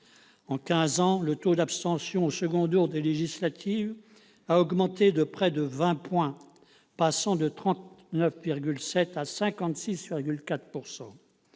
En quinze ans, le taux d'abstention au second tour des élections législatives a augmenté de près de vingt points, passant de 39,7 % à 56,4 %.